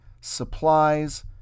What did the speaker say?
supplies